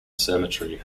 cemetery